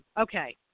Okay